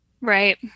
right